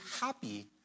happy